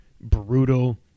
brutal